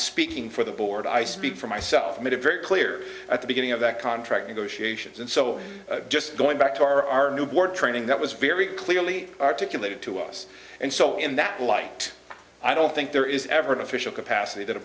speaking for the board i speak for myself i made a very clear at the beginning of that contract negotiations and so just going back to our new board training that was very clearly articulated to us and so in that light i don't think there is ever an official capacity that a